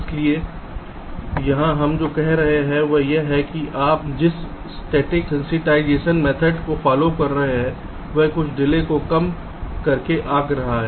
इसलिए यहां हम जो कह रहे हैं वह यह है कि आप जिस स्टैटिक सेंसिटाइजेशन मेथड को फॉलो कर रहे हैं यह कुछ डिले को कम करके आंक रहा है